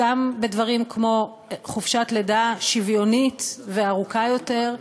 גם בדברים כמו חופשת לידה שוויונית וארוכה יותר,